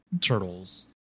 turtles